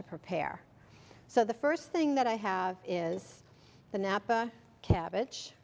to prepare so the first thing that i have is the napa cabbage